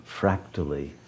fractally